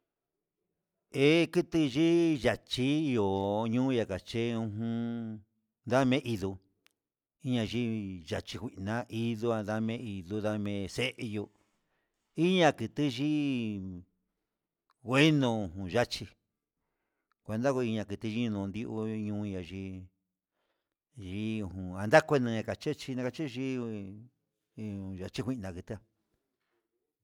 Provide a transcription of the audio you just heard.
He keteye ndachiyo ndoñuu ndakache yuu, ujun ndame'e indó inyai yachi kuina hídoa ndane hí undame sello, iña kiti yii ngueno kuu yachí cuenta kunda kuteyino'o ndion uya'a yí, yi jun andakuena'a nekachechi achechí ndui iin ya'a chinguina nguetá.